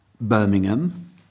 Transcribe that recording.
Birmingham